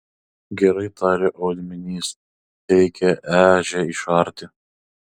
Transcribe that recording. gerai tarė odminys reikia ežią išarti